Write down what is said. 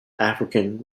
african